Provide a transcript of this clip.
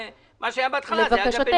מה שהיה בהתחלה היה גם בניגוד לחוק.